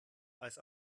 als